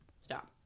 Stop